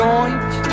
Joint